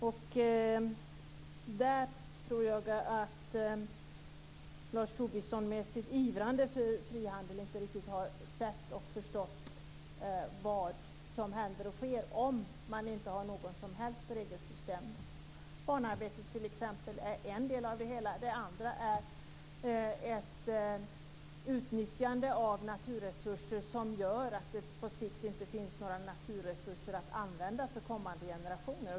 Jag tror att Lars Tobisson i sitt ivrande för frihandel inte riktigt har förstått vad som händer om man inte har något som helst regelsystem. Barnarbete är t.ex. en del av detta. En annan del är utnyttjande av naturresurser på ett sätt som gör att det på sikt inte finns några naturresurser kvar att använda för kommande generationer.